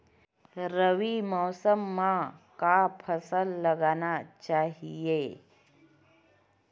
रबी मौसम म का फसल लगाना चहिए?